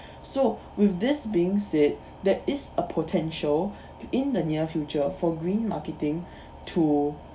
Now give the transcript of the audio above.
so with this being said there is a potential in the near future for green marketing to